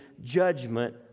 judgment